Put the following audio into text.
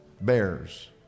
bears